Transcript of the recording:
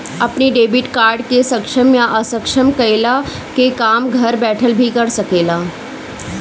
अपनी debit card के सक्षम या असक्षम कईला के काम घर बैठल भी कर सकेला